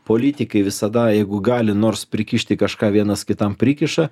politikai visada jeigu gali nors prikišti kažką vienas kitam prikiša